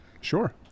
Sure